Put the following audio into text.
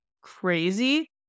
crazy